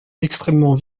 extrêmement